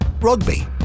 Rugby